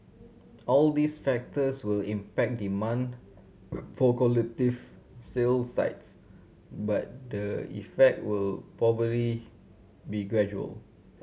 all these factors will impact demand for collective sale sites but the effect will probably be gradual